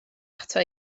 ata